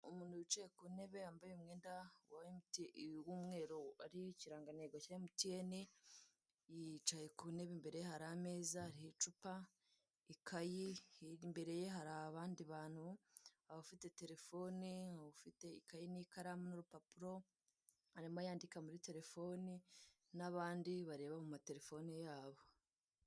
Umuntu wicaye ku ntebe yambaye umwenda w'umweru hariho ikirangantego cya MTN, yicaye ku ntebe imbere ye hari ameza hariho n'icupa, ikayi imbere ye hari abandi bantu, abafite terefone, ufite ikayi n'ikaramu n'urupapuro, arimo yandika muri terefoni n'abandi bareba mu materefone yabo.